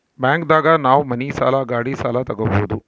bank ದಾಗ ನಾವ್ ಮನಿ ಸಾಲ ಗಾಡಿ ಸಾಲ ತಗೊಬೋದು